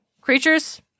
creatures